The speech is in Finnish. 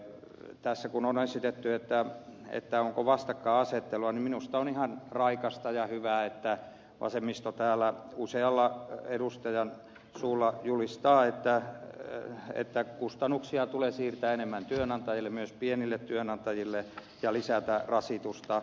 tässä kun on esitetty onko vastakkainasettelua niin minusta on ihan raikasta ja hyvää että vasemmisto täällä usean edustajan suulla julistaa että kustannuksia tulee siirtää enemmän työnantajille myös pienille työnantajille ja tulee lisätä rasitusta